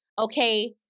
okay